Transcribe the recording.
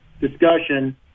discussion